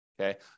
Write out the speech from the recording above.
okay